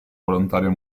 volontario